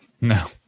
No